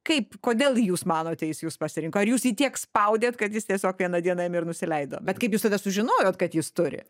kaip kodėl jūs manote jis jus pasirinko ar jūs jį tiek spaudėt kad jis tiesiog vieną dieną ėmė ir nusileido bet kaip jūs tai sužinojot kad jis turi